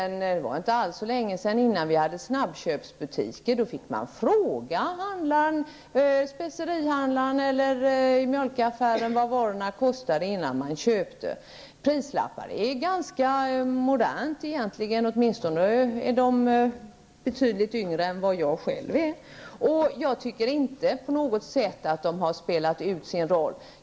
På den tid då vi inte hade snabbköpsbutiker fick vi fråga specerihandlaren vad varan kostade innan vi köpte den. Prislappar är någonting ganska modernt, åtminstone betydligt yngre än vad jag själv är. Jag tycker inte att de på något sätt har spelat ut sin roll.